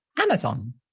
amazon